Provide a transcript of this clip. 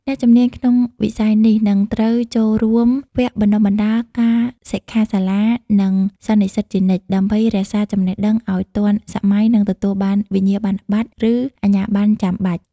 អ្នកជំនាញក្នុងវិស័យនេះនឹងត្រូវចូលរួមវគ្គបណ្តុះបណ្តាល ការសិក្ខាសាលា និងសន្និសីទជានិច្ច ដើម្បីរក្សាចំណេះដឹងឱ្យទាន់សម័យ និងទទួលបានវិញ្ញាបនបត្រ ឬអាជ្ញាប័ណ្ណចាំបាច់។